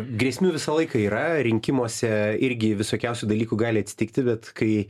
grėsmių visą laiką yra rinkimuose irgi visokiausių dalykų gali atsitikti bet kai